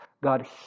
God